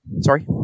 Sorry